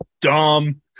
dumb